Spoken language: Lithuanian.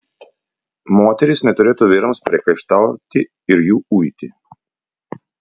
moterys neturėtų vyrams priekaištauti ir jų uiti